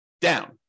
down